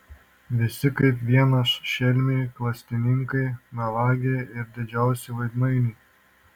visi kaip vienas šelmiai klastininkai melagiai ir didžiausi veidmainiai